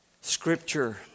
Scripture